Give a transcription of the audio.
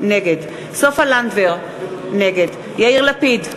נגד סופה לנדבר, נגד יאיר לפיד,